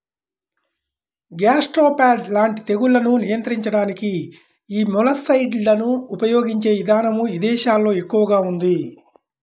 gastropod లాంటి తెగుళ్లను నియంత్రించడానికి యీ మొలస్సైడ్లను ఉపయిగించే ఇదానం ఇదేశాల్లో ఎక్కువగా ఉంది